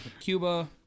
cuba